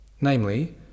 Namely